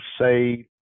say